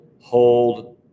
hold